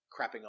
crapping